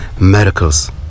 miracles